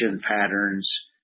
patterns